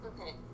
Okay